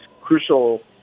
crucial